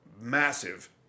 massive